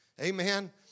Amen